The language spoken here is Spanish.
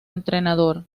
entrenador